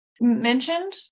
mentioned